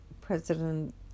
president